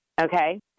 Okay